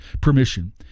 permission